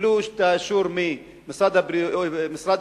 קיבלו את האישור ממשרד הבריאות,